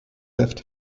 left